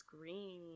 Green